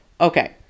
Okay